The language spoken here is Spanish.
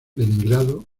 leningrado